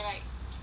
K_F_C but